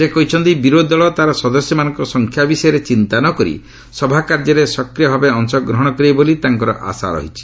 ସେ କହିଛନ୍ତି ବିରୋଧି ଦଳ ତା'ର ସଦସ୍ୟମାନଙ୍କ ସଂଖ୍ୟା ବିଷୟରେ ଚିନ୍ତା ନ କରି ସଭାକାର୍ଯ୍ୟରେ ସକ୍ରିୟଭାବେ ଅଂଶଗ୍ରହଣ କରିବେ ବୋଲି ତାଙ୍କର ଆଶା ରହିଛି